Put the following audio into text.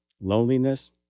loneliness